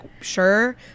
sure